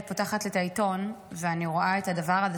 אני פותחת את העיתון ואני רואה את הדבר הזה,